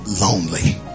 lonely